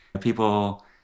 people